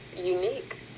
unique